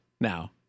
now